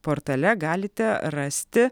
portale galite rasti